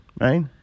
right